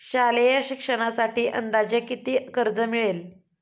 शालेय शिक्षणासाठी अंदाजे किती कर्ज मिळेल?